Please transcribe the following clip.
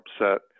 upset